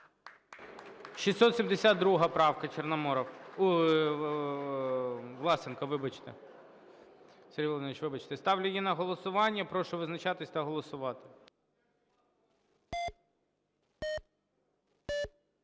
Чорноморов…. Власенко. Вибачте, Сергій Володимирович. Ставлю її на голосування, прошу визначатися та голосувати.